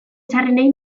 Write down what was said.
txarrenei